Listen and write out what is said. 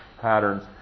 patterns